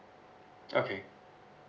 okay